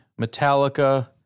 Metallica